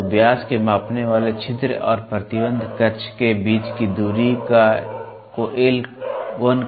तो व्यास के मापने वाले छिद्र और प्रतिबंध कक्ष के बीच की दूरी को एल